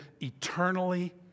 eternally